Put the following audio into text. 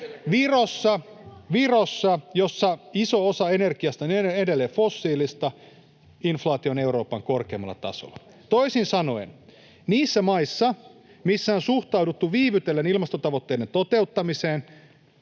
Virossa, jossa iso osa energiasta on edelleen fossiilista, inflaatio on Euroopan korkeimmalla tasolla. Toisin sanoen niissä maissa, missä on suhtauduttu viivytellen ilmastotavoitteiden toteuttamiseen